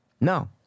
No